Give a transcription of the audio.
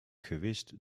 gewist